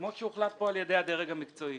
כמו שהוחלט פה על-ידי הדרג המקצועי.